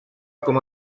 com